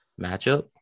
matchup